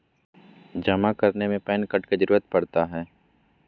जमा करने में पैन कार्ड की जरूरत पड़ता है?